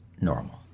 normal